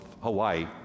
Hawaii